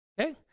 Okay